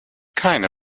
keine